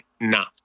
nah